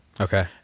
okay